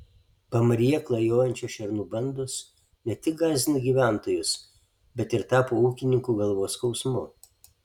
pamaryje klajojančios šernų bandos ne tik gąsdina gyventojus bet ir tapo ūkininkų galvos skausmu